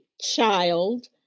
child